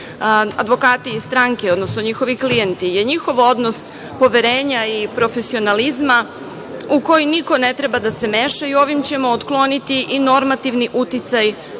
advokati i stranke, odnosno njihovi klijenti, je njihov odnos poverenja i profesionalizma u koji niko ne treba da se meša i ovim ćemo otkloniti i normativni uticaj